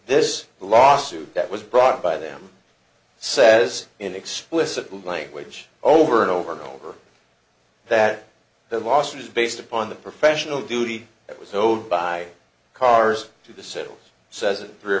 this lawsuit that was brought by them says in explicit language over and over and over that the lawsuit is based upon the professional duty that was owed by cars to the settles says it three or